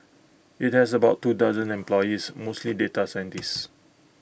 IT has about two dozen employees mostly data scientists